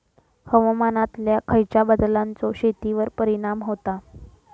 हवामानातल्या खयच्या बदलांचो शेतीवर परिणाम होता?